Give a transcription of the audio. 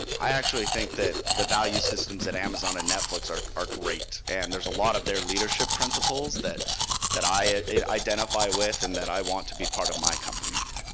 i actually think that the value systems at amazon and netflix are are great, and there's a lot of their leadership principles that that i identify with and that i want to be part of my company.